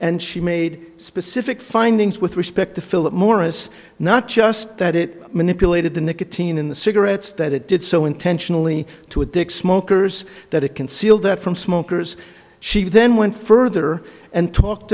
and she made specific findings with respect to philip morris not just that it manipulated the nicotine in the cigarettes that it did so intentionally to addict smokers that it concealed that from smokers she then went further and talked